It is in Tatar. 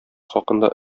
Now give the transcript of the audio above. хакында